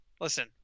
Listen